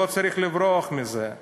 לא צריך לברוח מזה.